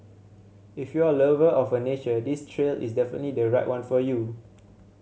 if you're a lover of a nature this trail is definitely the right one for you